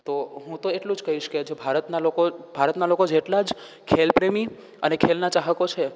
તો હું તો એટલું જ કહીશ કે જે ભારતના લોકો ભારતના લોકો જેટલા જ ખેલ પ્રેમી અને ખેલના ચાહકો છે